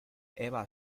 eva